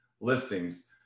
listings